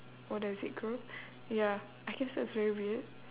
or does it grow ya I guess that's very weird